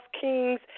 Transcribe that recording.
kings